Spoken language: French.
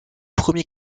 premier